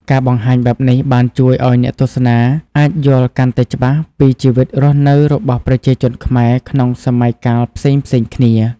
ការបង្ហាញបែបនេះបានជួយឲ្យអ្នកទស្សនាអាចយល់កាន់តែច្បាស់ពីជីវិតរស់នៅរបស់ប្រជាជនខ្មែរក្នុងសម័យកាលផ្សេងៗគ្នា។